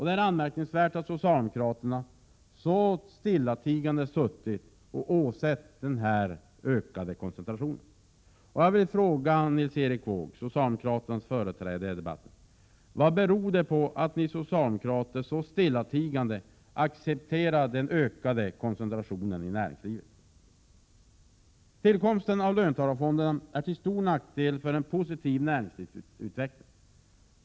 Det är anmärkningsvärt att socialdemokraterna stillatigande suttit och åsett den ökade koncentrationen. Tillkomsten av löntagarfonderna är till stor nackdel för en positiv näringslivsutveckling.